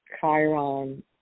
Chiron